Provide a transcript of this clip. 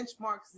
benchmarks